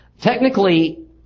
Technically